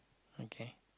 okay